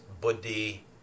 buddhi